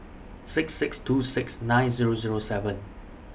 six six two six nine Zero Zero seven